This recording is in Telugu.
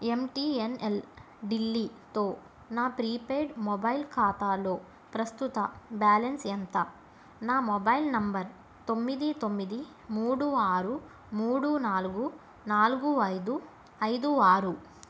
ఎం టీ ఎన్ ఎల్ ఢిల్లీతో నా ప్రీపెయిడ్ మొబైల్ ఖాతాలో ప్రస్తుత బ్యాలెన్స్ ఎంత నా మొబైల్ నెంబర్ తొమ్మిది తొమ్మిది మూడు ఆరు మూడు నాలుగు నాలుగు ఐదు ఐదు ఆరు